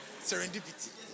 Serendipity